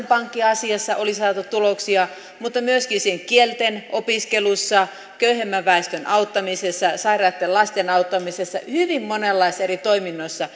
pankki asiassa oli saatu tuloksia mutta myöskin kielten opiskelussa köyhemmän väestön auttamisessa sairaitten lasten auttamisessa hyvin monenlaisissa eri toiminnoissa